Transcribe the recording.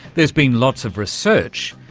there's been lots of research,